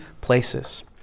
places